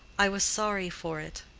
i was sorry for it.